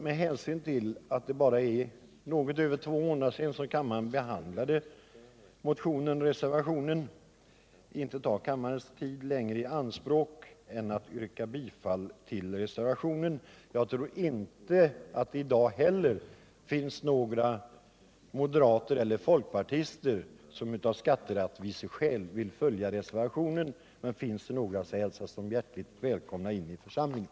Med hänsyn till att det bara är något över två månader sedan kammaren behandlade motionen och reservationen skall jag inte ta kammarens tid i anspråk längre, utan jag nöjer mig med att yrka bifall till reservationen. Jag 110 vill tillägga att jag tror att det inte heller i dag finns några moderater eller folkpartister som av skatterättviseskäl vill följa reservationen, men om så skulle vara fallet hälsas de hjärtligt välkomna in i församlingen.